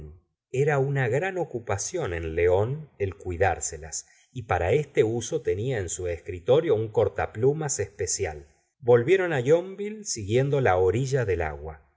era una gran ocupación en león el cuidárselas y para este uso tenía en su escritorio un cortaplumas especial volvieron yonville siguiendo la orilla del agua